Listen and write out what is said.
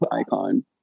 icon